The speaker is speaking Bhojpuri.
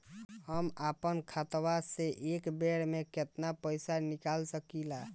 हम आपन खतवा से एक बेर मे केतना पईसा निकाल सकिला?